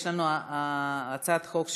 יש לנו הצעת חוק שהוצמדה,